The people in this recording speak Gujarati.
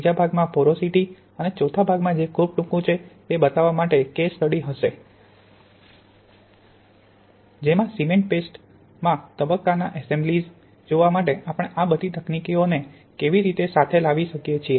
ત્રીજા ભાગમાં પોરોસિટી પોરોસિટી અને ચોથા ભાગ જે ખૂબ ટૂંકું છે તે બતાવવા માટે કેસ સ્ટડી હશે જેમાં સિમેન્ટ પેસ્ટમાં તબક્કાના એસેમ્બલીઝ જોવા માટે આપણે આ બધી તકનીકોને કેવી રીતે સાથે લાવી શકીએ છીએ